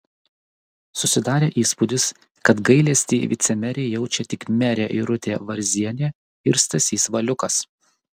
susidarė įspūdis kad gailestį vicemerei jaučia tik merė irutė varzienė ir stasys valiukas